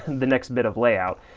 the next bit of layout.